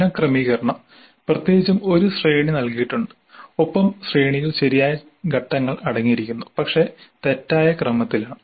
പുന ക്രമീകരണം പ്രത്യേകിച്ചും ഒരു ശ്രേണി നൽകിയിട്ടുണ്ട് ഒപ്പം ശ്രേണിയിൽ ശരിയായ ഘട്ടങ്ങൾ അടങ്ങിയിരിക്കുന്നു പക്ഷേ തെറ്റായ ക്രമത്തിലാണ്